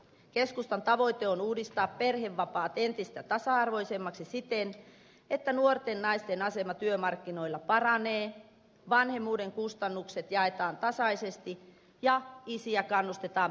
keskustan tavoite on uudistaa perhevapaat entistä tasa arvoisemmiksi siten että nuorten naisten asema työmarkkinoilla paranee vanhemmuuden kustannukset jaetaan tasaisesti ja isiä kannustetaan perhevapaille